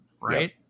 right